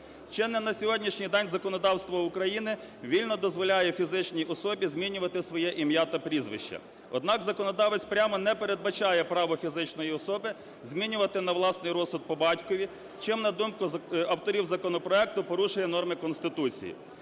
Чинне на сьогоднішній день законодавство України вільно дозволяє фізичній особі змінювати своє ім'я та прізвище, однак законодавець прямо не передбачає право фізичної особи змінювати на власний розсуд по батькові, чим, на думку авторів законопроекту, порушує норми Конституції.